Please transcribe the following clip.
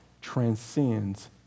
transcends